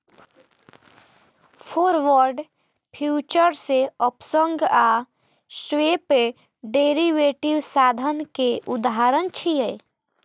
forward, futures, options आ swap derivative साधन के उदाहरण छियै